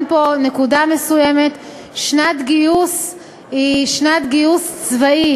פה נקודה מסוימת: שנת גיוס היא שנת גיוס צבאי,